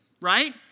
right